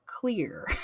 clear